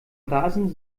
rasen